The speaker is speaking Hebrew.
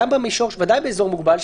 בוודאי באזור מוגבל,